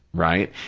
right,